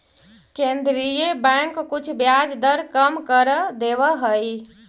केन्द्रीय बैंक कुछ ब्याज दर कम कर देवऽ हइ